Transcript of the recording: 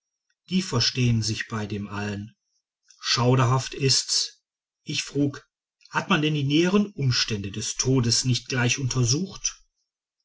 die verstehen sich bei dem allen schauderhaft ist's ich frug hat man denn die näheren umstände des todes nicht gleich untersucht